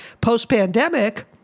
post-pandemic